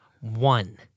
One